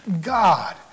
God